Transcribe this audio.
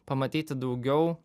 pamatyti daugiau